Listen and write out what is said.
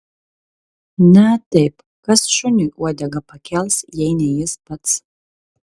na taip kas šuniui uodegą pakels jei ne jis pats